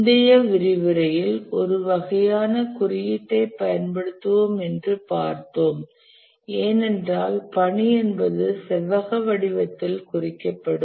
முந்தைய விரிவுரையில் ஒரு வகையான குறியீட்டைப் பயன்படுத்துவோம் என்று பார்த்தோம் ஏனென்றால் பணி எனபது செவ்வக வடிவத்தில் குறிக்கப்படும்